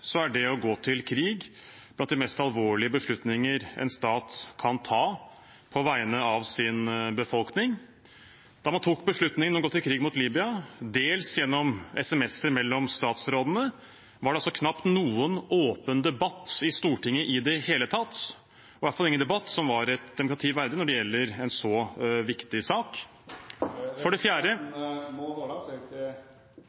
er det å gå til krig blant de mest alvorlige beslutninger en stat kan ta på vegne av sin befolkning. Da man tok beslutningen om å gå til krig mot Libya, dels gjennom SMS-er mellom statsrådene, var det knapt noen åpen debatt i Stortinget i det hele tatt – i hvert fall ingen debatt som var et demokrati verdig når det gjelder en så viktig sak.